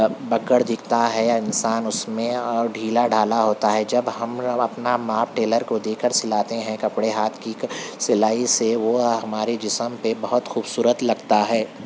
بکڑ دکھتا ہے انسان اس میں ڈھیلا ڈھالا ہوتا ہے جب ہم اپنا ماپ ٹیلر کو دے کر سلاتے ہیں کپڑے ہاتھ کی سلائی سے وہ ہماری جسم پہ بہت خوبصورت لگتا ہے